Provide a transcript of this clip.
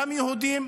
גם יהודים,